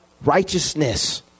righteousness